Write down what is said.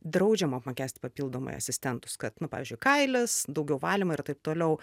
draudžiama apmokestint papildomai asistentus kad na pavyzdžiui kailis daugiau valymo ir taip toliau